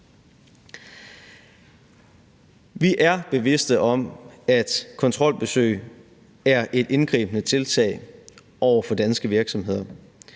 Vi er bevidst om, at kontrolbesøg er et indgribende tiltag over for danske virksomheder,